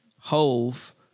Hove